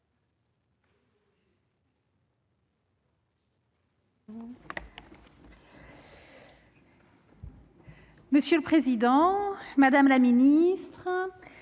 Monsieur le président, madame la ministre,